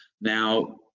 Now